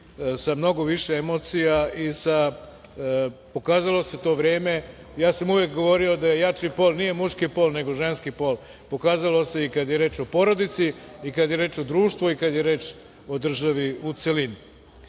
sa mnogo više emocija i sa, pokazalo se to vreme. Ja sam uvek govorio da je jači pol, nije muški pol, nego ženski pol, pokazalo se i kada je reč o porodici i kad je reč o društvu i kad je reč o državi, u